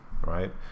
right